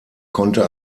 konnte